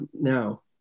now